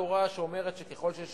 אני מכיר את התורה שאומרת שככל שיש